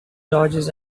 dodges